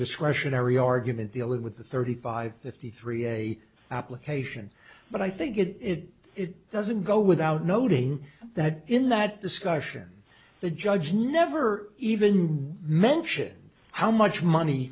discretionary argument dealing with the thirty five fifty three a application but i think it it doesn't go without noting that in that discussion the judge never even mentions how much money